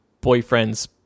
boyfriend's